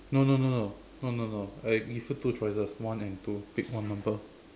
no no no no no no no I give you two choices one and two pick one number